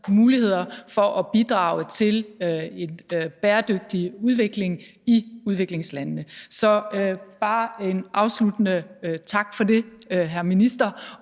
muligheder for at bidrage til en bæredygtig udvikling i udviklingslandene. Så bare en afsluttende tak for det, hr. minister.